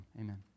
Amen